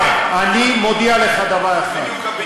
אני מודיע לך דבר אחד,